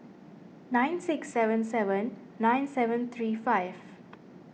nine six seven seven nine seven three five